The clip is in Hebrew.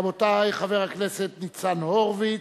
רבותי, חבר הכנסת ניצן הורוביץ,